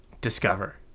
Discover